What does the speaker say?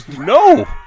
No